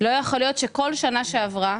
לא יכול להיות שכל שנה שעברה